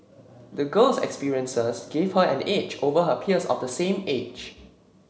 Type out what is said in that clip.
the girl's experiences gave her an edge over her peers of the same age